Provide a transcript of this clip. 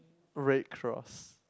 red cross